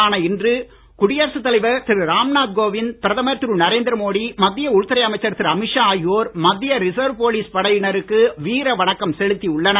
Ram Nath CRPF வீர வணக்க நாளான இன்று குடியரசு தலைவர் திரு ராம் நாத் கோவிந்த் பிரதமர் திரு நரேந்திர மோடி மத்திய உள்துறை அமைச்சர் திரு அமீத் ஷா ஆகியோர் மத்திய ரிசர்வ் போலீஸ் படையினருக்கு வீர வணக்கம் செலுத்தி உள்ளனர்